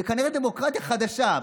זאת כנראה דמוקרטיה חדשה.